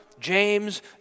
james